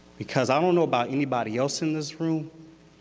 because i don't know about anybody else in this room,